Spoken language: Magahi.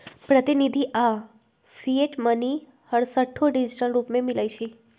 प्रतिनिधि आऽ फिएट मनी हरसठ्ठो डिजिटल रूप में मिलइ छै